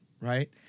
right